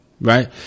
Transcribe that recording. Right